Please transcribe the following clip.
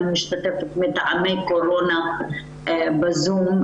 אני משתתפת מטעמי קורונה בזום.